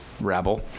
Rabble